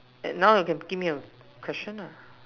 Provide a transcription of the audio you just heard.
and now you can give me a question lah